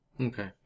Okay